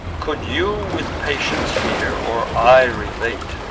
could you with patience hear, or i relate, o